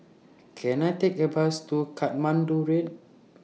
Can I Take A Bus to Katmandu Road